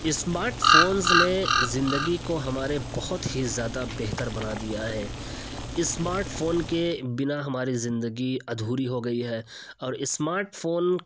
smart phones نے زندگی کو ہمارے بہت ہی زیادہ بہتر بنا دیا ہے اسمارٹ فون کے بنا ہماری زندگی ادھوری ہو گئی ہے اور اسمارٹ فون